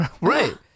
Right